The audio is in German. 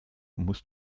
musst